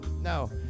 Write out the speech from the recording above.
no